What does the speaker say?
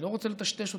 אני לא רוצה לטשטש אותה,